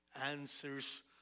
answers